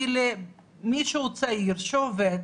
כי מישהו צעיר שעובד,